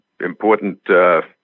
important